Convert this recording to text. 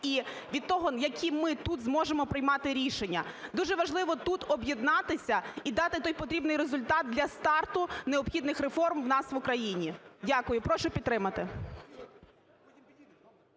і від того, які ми тут зможемо приймати рішення. Дуже важливо тут об'єднатися і дати той потрібний результат для старту необхідних реформ у нас в Україні. Дякую. Прошу підтримати.